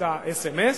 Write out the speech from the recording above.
את האס.אם.אס,